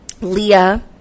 Leah